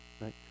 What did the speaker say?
right